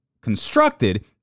constructed